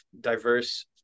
diverse